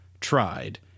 tried